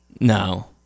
No